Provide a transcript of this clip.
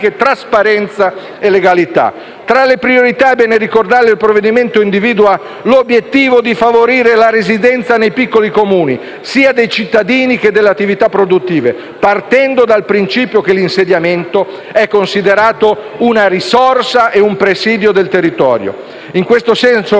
trasparenza e legalità. Tra le priorità - è bene ricordarlo - il provvedimento individua l'obiettivo di favorire la residenza nei piccoli Comuni, sia dei cittadini che delle attività produttive, partendo dal principio che l'insediamento è considerato una risorsa a presidio del territorio. In questo senso,